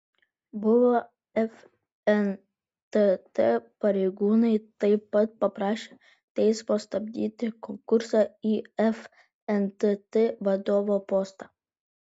buvę fntt pareigūnai taip pat paprašė teismo stabdyti konkursą į fntt vadovo postą